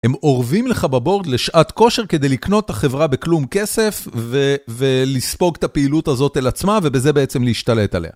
הם אורבים לך בבורד לשעת כושר כדי לקנות את החברה בכלום כסף ולספוג את הפעילות הזאת אל עצמה ובזה בעצם להשתלט עליה.